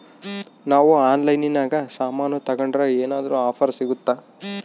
ನಾವು ಆನ್ಲೈನಿನಾಗ ಸಾಮಾನು ತಗಂಡ್ರ ಏನಾದ್ರೂ ಆಫರ್ ಸಿಗುತ್ತಾ?